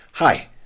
Hi